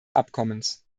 abkommens